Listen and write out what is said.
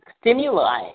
stimuli